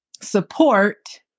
support